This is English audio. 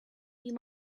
you